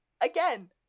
Again